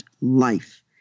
life